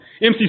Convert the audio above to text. MC